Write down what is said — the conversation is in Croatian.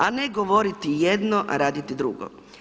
A ne govoriti jedno a raditi drugo.